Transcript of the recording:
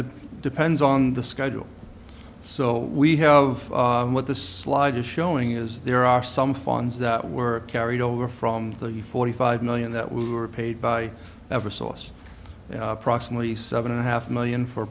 the depends on the schedule so we have what the slide is showing is there are some funds that were carried over from the forty five million that we were paid by ever source proximately seven and a half million for